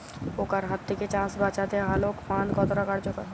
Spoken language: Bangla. পোকার হাত থেকে চাষ বাচাতে আলোক ফাঁদ কতটা কার্যকর?